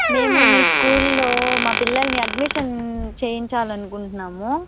మేము మీ స్కూల్లో మా పిల్లల్ని అడ్మిషన్ చేయించాలనుకుంటున్నాము